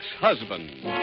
husband